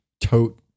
tote